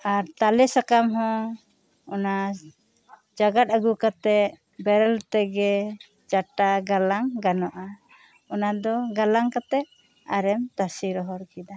ᱟᱨ ᱛᱟᱞᱮ ᱥᱟᱠᱟᱢ ᱦᱚᱸ ᱚᱱᱟ ᱪᱟᱜᱟᱫ ᱟᱹᱜᱩ ᱠᱟᱛᱮᱜ ᱵᱮᱨᱮᱞ ᱛᱮᱜᱮ ᱪᱟᱴᱟ ᱜᱟᱞᱟᱝ ᱜᱟᱱᱚᱜᱼᱟ ᱚᱱᱟ ᱫᱚ ᱜᱟᱞᱟᱝ ᱠᱟᱛᱮᱜ ᱟᱨᱮᱢ ᱛᱟᱥᱮ ᱨᱚᱦᱚᱲ ᱠᱮᱫᱟ